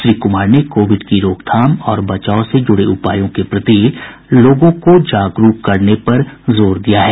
श्री कुमार ने कोविड की रोकथाम और बचाव से जुड़े उपायों के प्रति लोगों को जागरूक करने पर जोर दिया है